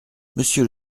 monsieur